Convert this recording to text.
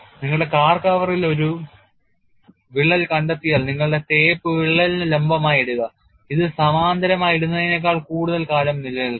നിങ്ങളുടെ കാർ കവറിൽ ഒരു വിള്ളൽ കണ്ടെത്തിയാൽ നിങ്ങളുടെ ടേപ്പ് വിള്ളലിന് ലംബമായി ഇടുക ഇത് സമാന്തരമായി ഇടുന്നതിനേക്കാൾ കൂടുതൽ കാലം നിലനിൽക്കും